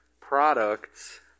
products